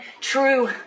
true